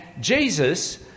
Jesus